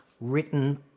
written